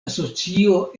asocio